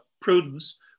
prudence